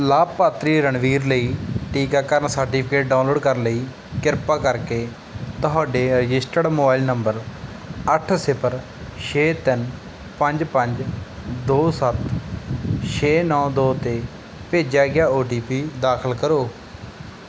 ਲਾਭਪਾਤਰੀ ਰਣਬੀਰ ਲਈ ਟੀਕਾਕਰਨ ਸਰਟੀਫਿਕੇਟ ਡਾਊਨਲੋਡ ਕਰਨ ਲਈ ਕਿਰਪਾ ਕਰਕੇ ਤੁਹਾਡੇ ਰਜਿਸਟਰਡ ਮੋਬਾਈਲ ਨੰਬਰ ਅੱਠ ਸਿਫਰ ਛੇ ਤਿੰਨ ਪੰਜ ਪੰਜ ਦੋ ਸੱਤ ਛੇ ਨੌ ਦੋ 'ਤੇ ਭੇਜਿਆ ਗਿਆ ਓ ਟੀ ਪੀ ਦਾਖਲ ਕਰੋ